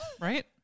Right